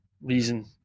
reason